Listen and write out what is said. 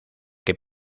que